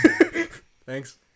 Thanks